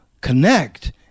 connect